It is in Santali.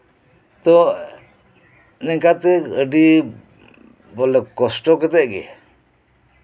ᱛᱳ ᱱᱤᱝᱠᱟᱛᱮ ᱟᱹᱰᱤ ᱵᱚᱞᱮ ᱠᱚᱥᱴᱚ ᱠᱟᱛᱮᱜ ᱜᱮ